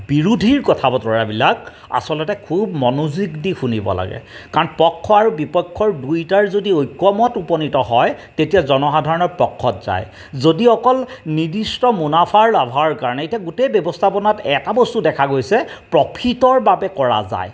বিৰোধীৰ কথা বতৰাবিলাক আচলতে খুব মনোযোগ দি শুনিব লাগে কাৰণ পক্ষ আৰু বিপক্ষৰ দুইটাৰ যদি ঐক্যমত উপনীত হয় তেতিয়া জনসাধাৰণৰ পক্ষত যায় যদি অকল নিৰ্দিষ্ট মুনাফাৰ লাভৰ কাৰণে এতিয়া গোটেই ব্যৱস্থাপনাত এটা বস্তু দেখা গৈছে প্ৰফিটৰ বাবে কৰা যায়